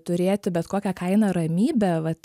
turėti bet kokia kaina ramybę vat